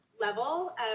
level